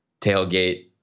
tailgate